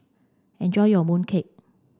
enjoy your mooncake